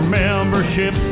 membership